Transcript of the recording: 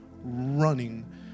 running